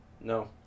No